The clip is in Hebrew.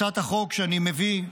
הצעת החוק שאני מביא,